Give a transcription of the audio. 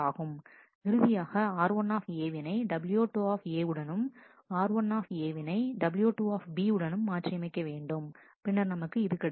இறுதியாக r1 வினை w2 உடனும் r1 வினை w2 உடனும் மாற்றியமைக்க வேண்டும் பின்னர் நமக்கு இது கிடைக்கும்